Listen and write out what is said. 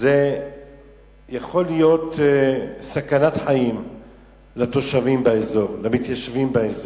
יכולה להיות סכנת חיים למתיישבים באזור.